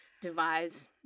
devise